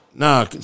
Nah